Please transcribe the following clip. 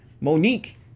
Monique